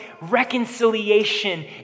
reconciliation